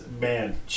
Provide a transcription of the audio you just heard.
man